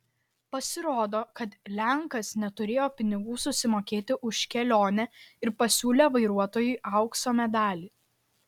pasirodo kad lenkas neturėjo pinigų susimokėti už kelionę ir pasiūlė vairuotojui aukso medalį